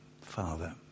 Father